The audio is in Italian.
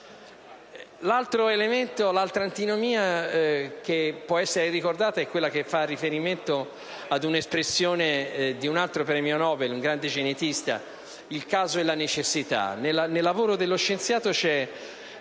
L'altro elemento, l'altra antinomia che può essere ricordata è quella che fa riferimento ad una espressione di un altro premio Nobel, un grande genetista: il caso e la necessità. Nel lavoro dello scienziato c'è